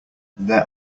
there